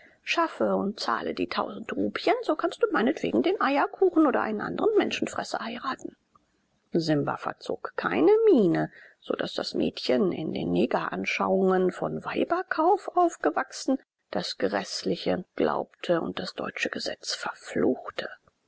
schaffe und zahle die tausend rupien so kannst du meinetwegen den eierkuchen oder einen anderen menschenfresser heiraten simba verzog keine miene so daß das mädchen in den negeranschauungen von weiberkauf aufgewachsen das gräßliche glaubte und das deutsche gesetz verfluchte